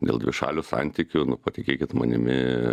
dėl dvišalių santykių patikėkit manimi